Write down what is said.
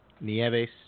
Nieves